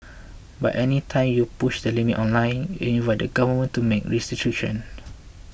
but any time you push the limits online you invite the Government to make restrictions